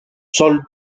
soll